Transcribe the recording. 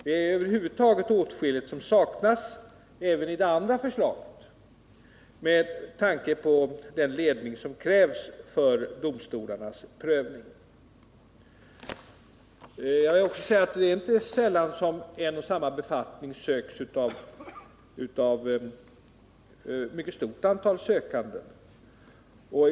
Det är över huvud taget åtskilligt som saknas även i det andra förslaget, med tanke på den ledning som krävs för domstolarnas prövning. Jag vill också säga att det inte är sällan som en och samma befattning söks av ett mycket stort antal personer.